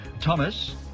Thomas